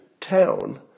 town